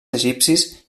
egipcis